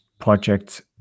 projects